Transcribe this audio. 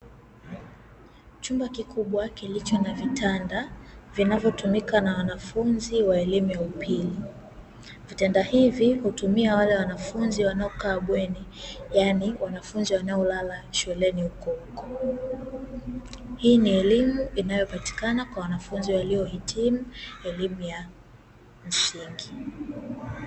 Chumba kikubwa, kilicho na vitanda vinavyotumika na wanafunzi wa elimu ya pili. Vitanda hivi hutumia wale wanafunzi wanaokaa bweni, yaani wanafunzi wanaolala shuleni hukohuko. Hii ni elimu inayopatikana kwa wanafunzi waliohitimu elimu ya msingi.